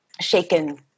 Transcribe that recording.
shaken